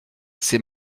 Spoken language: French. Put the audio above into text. c’est